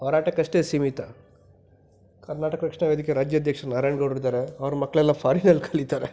ಹೋರಾಟಕಷ್ಟೇ ಸೀಮಿತ ಕರ್ನಾಟಕ ರಕ್ಷಣಾ ವೇದಿಕೆ ರಾಜ್ಯಾಧ್ಯಕ್ಷರು ನಾರಾಯಣ ಗೌಡ್ರು ಇದ್ದಾರೆ ಅವ್ರ ಮಕ್ಕಳೆಲ್ಲ ಫಾರಿನಲ್ಲಿ ಕಲೀತಾರೆ